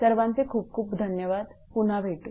सर्वांचे खूप खूप धन्यवाद पुन्हा भेटू